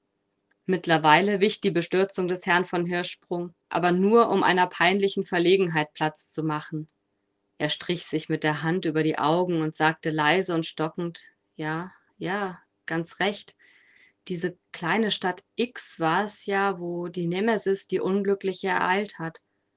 mittlerweile wich die bestürzung des herrn von hirschsprung aber nur um einer peinlichen verlegenheit platz zu machen er strich sich mit der hand über die augen und sagte leise und stockend ja ja ganz recht diese kleine stadt x war es ja wo die nemesis die unglückliche ereilt hat